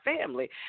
family